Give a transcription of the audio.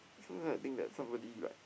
sometimes I think that somebody like